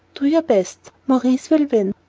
do your best. maurice will win.